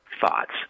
thoughts